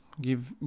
give